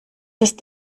ist